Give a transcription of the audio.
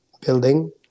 building